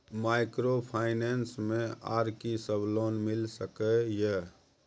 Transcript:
Microfinance मे आर की सब लोन मिल सके ये?